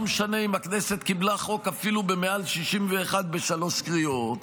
לא משנה אם הכנסת קיבלה חוק אפילו במעל 61 בשלוש קריאות,